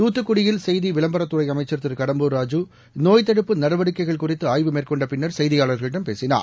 துத்துக்குடியில் செய்தி விளம்பரத்துறை அமைச்சர் திரு கடம்பூர்ராஜு நோய் தடுப்பு நடவடிக்கைகள் குறித்து ஆய்வு மேற்கொண்ட பின்னர் செய்தியாளர்களிடம் பேசினார்